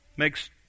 makes